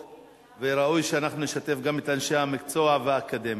וראוי שאנחנו נשתף גם את אנשי המקצוע והאקדמיה.